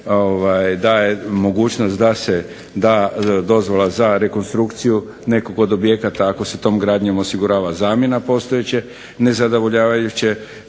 daje mogućnost da se da dozvola za rekonstrukciju nekog od objekata ako se tom gradnjom osigurava zamjena postojeće nezadovoljavajuće